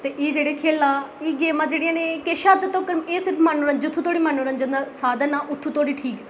ते एह् जेह्ड़ी खेढां एह् गेमां जेह्ड़ियां न किश हद्द तक्कर एह् सब मनोरंजन जित्थै धोड़ी मनोरंजन साधन ऐ उत्थूं धोड़ी ठीक